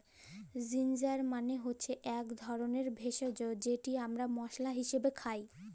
ginger মালে হচ্যে ইক ধরলের ভেষজ যেট আমরা মশলা হিসাবে খাই